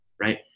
Right